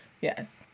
Yes